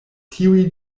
tiuj